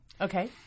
Okay